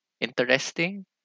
interesting